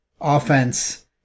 offense